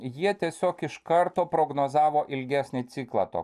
jie tiesiog iš karto prognozavo ilgesnį ciklą to